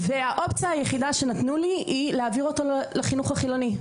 והאופציה היחידה שנתנו לי היא להעביר אותו לחינוך החילוני.